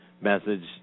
message